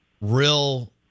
real